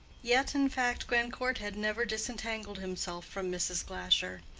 yet, in fact, grandcourt had never disentangled himself from mrs. glasher.